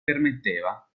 permetteva